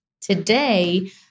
today